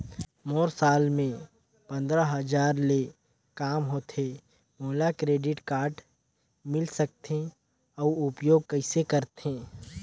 मोर साल मे पंद्रह हजार ले काम होथे मोला क्रेडिट कारड मिल सकथे? अउ उपयोग कइसे करथे?